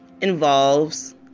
involves